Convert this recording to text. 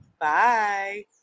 Bye